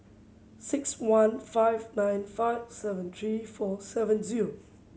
six one five nine five seven three four seven zero